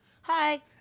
Hi